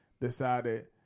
decided